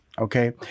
okay